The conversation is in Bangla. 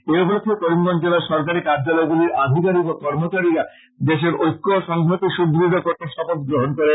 এ উপলক্ষ্যে করিমগঞ্জ জেলার সরকারি কার্যালয়গুলির আধিকারিক ও কর্মচারীরা দেশের ঐক্য ও সংহতি সুদৃঢ় করতে শপথ গ্রহন করেন